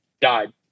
died